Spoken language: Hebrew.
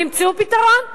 תמצאו פתרון.